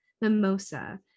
mimosa